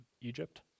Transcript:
Egypt